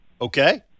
Okay